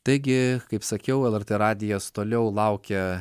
taigi kaip sakiau lrt radijas toliau laukia